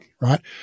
right